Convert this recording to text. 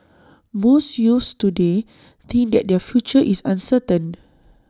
most youths today think that their future is uncertain